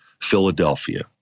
Philadelphia